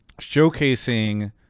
showcasing